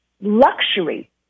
luxury